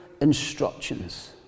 instructions